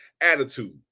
attitude